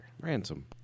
Ransom